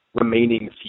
remaining